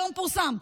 היום פורסם.